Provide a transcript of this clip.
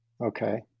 Okay